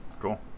cool